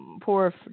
poor